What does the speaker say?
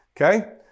okay